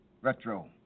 Retro